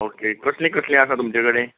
okay कसलीं कसलीं आसा तुमचे कडेन ओके